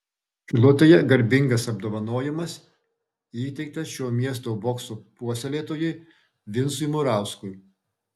šilutėje garbingas apdovanojimas įteiktas šio miesto bokso puoselėtojui vincui murauskui